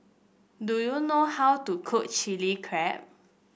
do you know how to cook Chili Crab